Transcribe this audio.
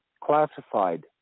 classified